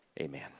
amen